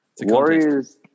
Warriors